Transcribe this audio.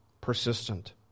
persistent